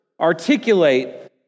articulate